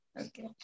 Okay